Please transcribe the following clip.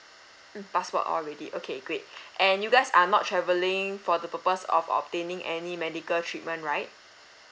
mm passport all ready okay great and you guys are not travelling for the purpose of obtaining any medical treatment right